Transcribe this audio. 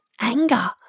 anger